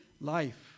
life